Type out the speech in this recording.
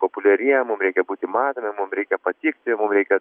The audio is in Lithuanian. populiariem mum reikia būti matomiem mum reikia patikti mum reikia